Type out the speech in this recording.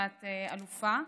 ואת אלופה.